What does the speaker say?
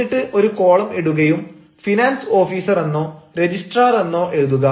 എന്നിട്ട് ഒരു കോളം ഇടുകയും ഫിനാൻസ് ഓഫീസർ എന്നോ രജിസ്ട്രാർ എന്നോ എഴുതുക